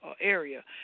area